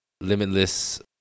Limitless